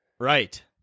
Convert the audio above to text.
Right